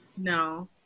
No